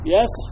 Yes